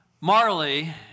Marley